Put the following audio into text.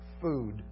food